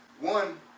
one